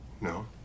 No